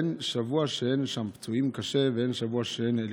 אין שבוע שאין שם פצועים קשה ואין שבוע